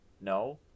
No